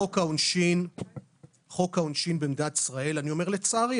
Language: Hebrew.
חוק העונשין במדינת ישראל אני אומר לצערי,